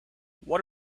what